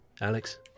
Alex